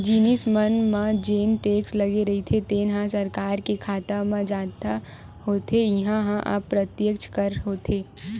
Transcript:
जिनिस मन म जेन टेक्स लगे रहिथे तेन ह सरकार के खाता म जता होथे इहीं ह अप्रत्यक्छ कर होथे